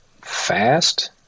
fast